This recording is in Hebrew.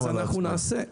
נעשה.